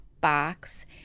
box